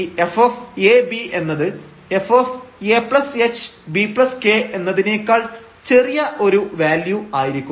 ഈ fab എന്നത് fahbk എന്നതിനേക്കാൾ ചെറിയ ഒരു വാല്യൂ ആയിരിക്കും